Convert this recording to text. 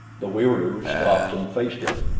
the wieroos stopped and faced him.